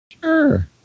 Sure